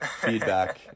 feedback